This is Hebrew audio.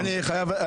אני חייב,